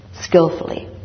skillfully